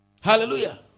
hallelujah